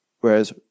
Whereas